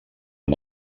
amb